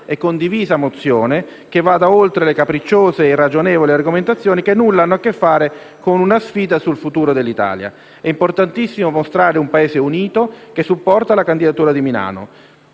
e condivisa mozione, che vada oltre le capricciose e irragionevoli argomentazioni che nulla hanno a che fare con una sfida sul futuro dell'Italia. È importantissimo mostrare un Paese unito che supporta la candidatura di Milano.